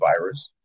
virus